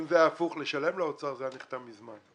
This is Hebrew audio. אם זה היה הפוך, לשלם לאוצר, זה היה נחתם מזמן.